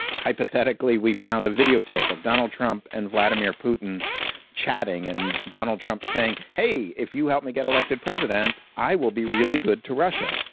hypothetically, we found a videotape of donald trump and vladimir putin chatting and donald trump saying, hey, if you help me get elected president, i will be really good to russia.